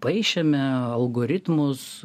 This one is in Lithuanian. paišėme algoritmus